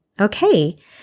Okay